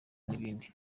n’ibindi